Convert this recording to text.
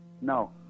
no